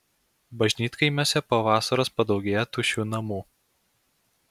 bažnytkaimiuose po vasaros padaugėja tuščių namų